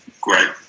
great